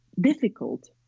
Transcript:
difficult